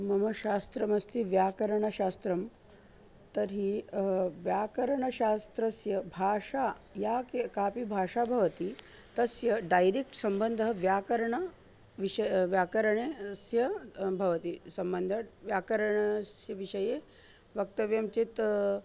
मम शास्त्रमस्ति व्याकरणशास्त्रं तर्हि व्याकरणशास्त्रस्य भाषा या के कापि भाषा भवति तस्य डैरेक्ट् सम्बन्धः व्याकरणं विष व्याकरणे स्य भवति सम्बन्धः व्याकरणस्य विषये वक्तव्यं चेत्